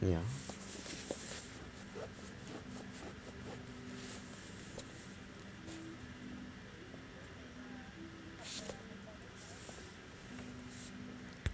ya